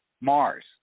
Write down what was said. Mars